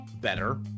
better